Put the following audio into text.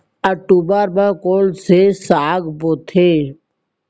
अक्टूबर मा कोन से साग बोथे?